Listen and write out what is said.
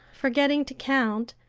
forgetting to count,